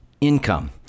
income